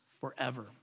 forever